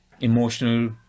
emotional